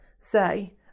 say